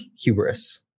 hubris